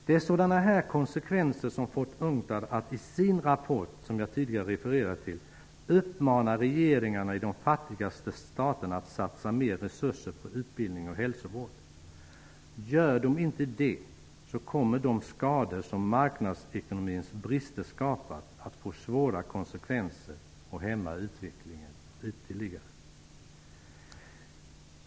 Det är sådana här konsekvenser som fått UNCTAD att i sin rapport, som jag tidigare refererade till, uppmana regeringarna i de fattigaste staterna att satsa mer resurser på utbildning och hälsovård. Gör de inte det, så kommer de skador som marknadsekonomins brister skapat att få svåra konsekvenser och hämma utvecklingen utvecklingen.